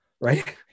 right